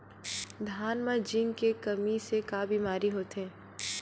धान म जिंक के कमी से का बीमारी होथे?